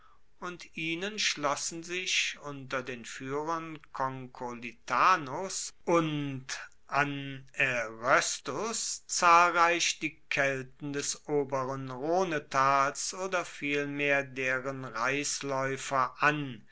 und ihnen schlossen sich unter den fuehrern concolitanus und aneroestus zahlreich die kelten des oberen rhonetals oder vielmehr deren reislaeufer an